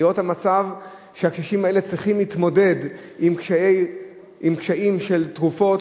לראות את המצב שהקשישים האלה צריכים להתמודד עם קשיים של תרופות,